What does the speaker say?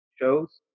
shows